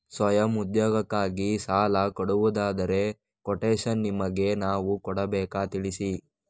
ಸ್ವಯಂ ಉದ್ಯೋಗಕ್ಕಾಗಿ ಸಾಲ ಕೊಡುವುದಾದರೆ ಕೊಟೇಶನ್ ನಿಮಗೆ ನಾವು ಕೊಡಬೇಕಾ ತಿಳಿಸಿ?